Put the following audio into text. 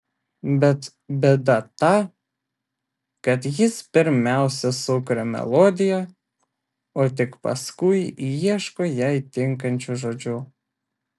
bet bėda ta kad jis pirmiausia sukuria melodiją o tik paskui ieško jai tinkančių žodžių